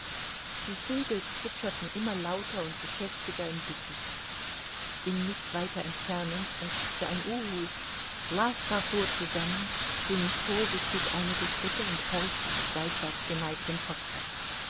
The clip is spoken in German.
die vögel zwitscherten immer lauter und geschäftiger im dickicht in nicht weiter entfernung krächzte ein uhu laska fuhr zusammen ging vorsichtig einige schritte und horchte mit seitwärts geneigtem kopfe